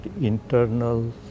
internal